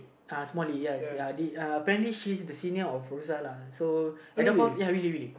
uh small lead yes ya did uh apparently she's the senior of Rosa lah so at that point of ya really really